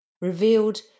revealed